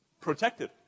protected